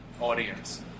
Audience